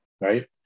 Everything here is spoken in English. right